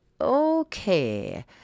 okay